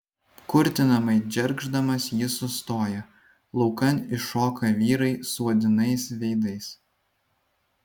kurtinamai džergždamas jis sustoja laukan iššoka vyrai suodinais veidais